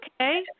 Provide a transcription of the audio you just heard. okay